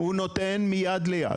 הוא נותן מיד ליד.